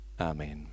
Amen